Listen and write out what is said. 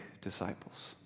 disciples